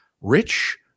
rich